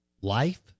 life